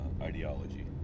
ideology